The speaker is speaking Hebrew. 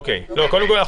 קודם כול,